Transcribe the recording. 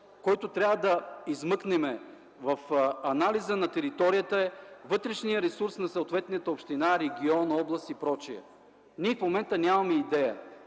който трябва да измъкнем в анализа на територията, е вътрешният ресурс на съответната община, регион, област и прочие. Ние в момента нямаме идея.